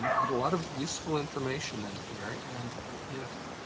but a lot of useful information in here, and if